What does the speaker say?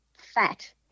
fat